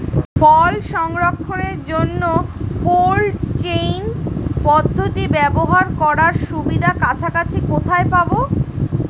ফল সংরক্ষণের জন্য cold chain পদ্ধতি ব্যবহার করার সুবিধা কাছাকাছি কোথায় পাবো?